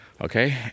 Okay